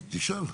אז תשאל.